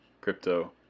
crypto